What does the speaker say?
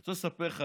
אני רוצה לספר לך,